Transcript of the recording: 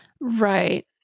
Right